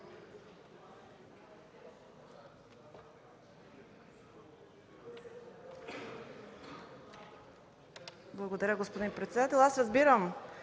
Благодаря, господин председател. Разбирам